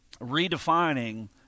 redefining